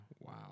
Wow